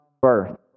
birth